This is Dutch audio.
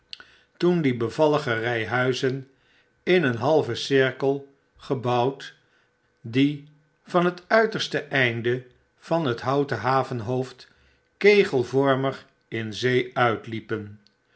toen die bevallige ry huizen in een halven cirkel gebouwd die van het uiterste einde van het houten havenhoofd kegelvormig in zee uitliepen